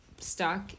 stuck